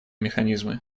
механизмы